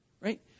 Right